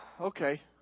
Okay